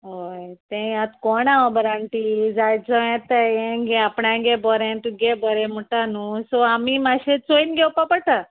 हय तें आतां कोण आ बरें आंटी जायचो येता हें घे आपणांग गे बरें तुगे बोरें म्हुणटा न्हू सो आमी मातशें चोयन घेवपा पडटा